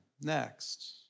Next